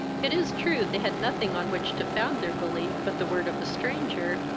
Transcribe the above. it is true, they had nothing on which to found their belief but the word of a stranger,